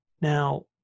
now